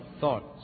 thoughts